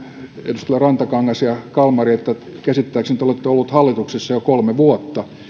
edustajat rantakangas ja kalmari että käsittääkseni te olette olleet hallituksessa jo kolme vuotta